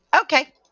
okay